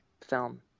film